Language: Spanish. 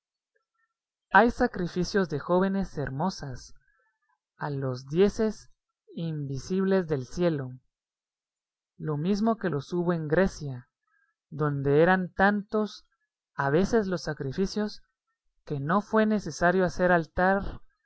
hay sacrificios de jóvenes hermosas a los diéses invisibles del cielo lo mismo que los hubo en grecia donde eran tantos a veces los sacrificios que no fue necesario hacer altar